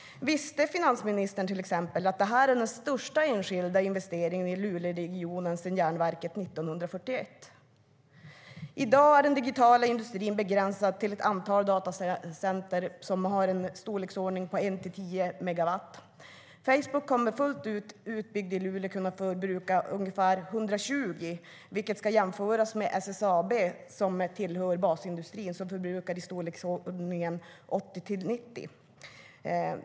Visste finansministern till exempel att det här är den största enskilda investeringen i Luleåregionen sedan järnverket 1941? I dag är den digitala industrin begränsad till ett antal datacenter som förbrukar i storleksordningen 1-10 megawatt. Facebook kommer fullt utbyggt i Luleå att förbruka ungefär 120, vilket ska jämföras med SSAB, som tillhör basindustrin, som förbrukar i storleksordningen 80-90.